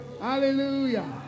Hallelujah